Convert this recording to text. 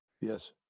Yes